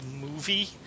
movie –